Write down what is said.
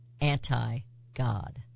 anti-God